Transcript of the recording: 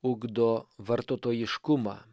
ugdo vartotojiškumą